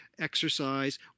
exercise